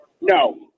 No